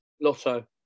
Lotto